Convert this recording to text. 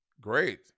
Great